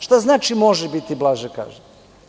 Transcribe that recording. Šta znači može biti blaže kažnjen?